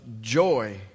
joy